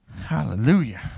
Hallelujah